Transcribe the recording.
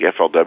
FLW